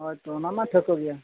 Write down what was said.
ᱦᱳᱭ ᱛᱚ ᱚᱱᱟ ᱢᱟ ᱴᱷᱟᱹᱣᱠᱟᱹ ᱜᱮᱭᱟ